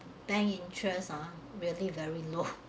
bank interest are really very low